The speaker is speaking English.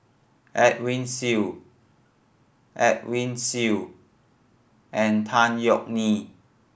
Edwin Siew Edwin Siew and Tan Yeok Nee